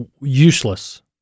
useless